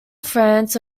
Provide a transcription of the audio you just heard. france